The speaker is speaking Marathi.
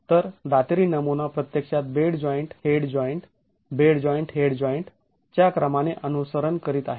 तर दातेरी नमुना प्रत्यक्षात bed joint head joint bed joint head joint च्या क्रमाचे अनुसरण करीत आहे